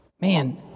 Man